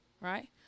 right